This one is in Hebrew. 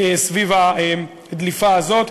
סביב הדליפה הזאת.